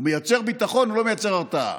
הוא מייצר ביטחון, הוא לא מייצר הרתעה.